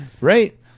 Right